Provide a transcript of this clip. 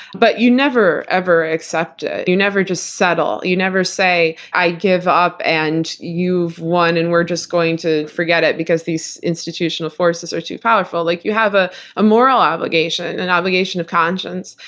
but you never ever accept it, you never just settle, you never say, i give up, and you've won, and we're just going to forget it, because these institutional forces are too powerful. like you have ah a moral obligation, an obligation of conscience.